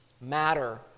matter